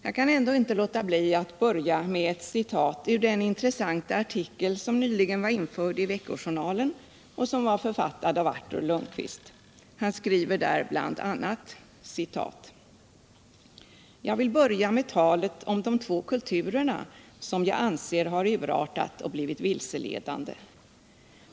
Jag kan ändå inte låta bli att börja med ett citat ur den intressanta artikel som nyligen var införd i Vecko-Journalen och som var författad av Artur Lundkvist. Han skriver där bl.a.: ”Jag vill börja med talet om de två kulturerna, som jag anser har urartat och blivit vilseledande.